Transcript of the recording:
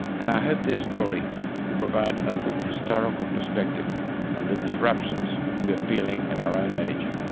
and i hope their story will provide a little historical perspective on the disruptions we're feeling in our own age.